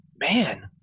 man